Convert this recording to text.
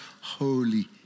holy